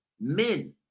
men